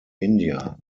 india